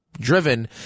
Driven